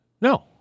No